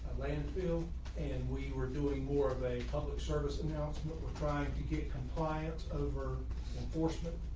landfill and we were doing more of a public service announcement. we're trying to get compliance over enforcement.